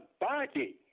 body